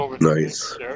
nice